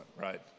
right